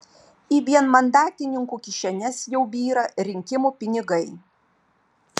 į vienmandatininkų kišenes jau byra rinkimų pinigai